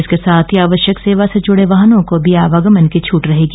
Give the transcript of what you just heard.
इसके साथ ही आवश्यक सेवा से जुड़े वाहनों को भी आवागमन की छट रहेगी